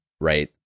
right